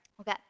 Okay